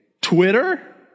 Twitter